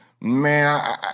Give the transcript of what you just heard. man